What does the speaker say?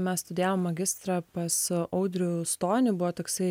mes studijavom magistrą pas audrių stonį buvo toksai